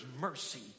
mercy